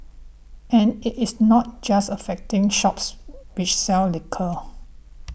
and it is not just affecting shops which sell liquor